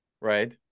right